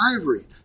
ivory